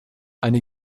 eine